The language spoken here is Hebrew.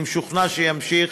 ואני משוכנע שימשיך